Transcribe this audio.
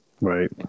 Right